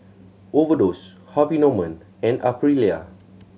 Overdose Harvey Norman and Aprilia